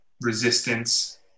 resistance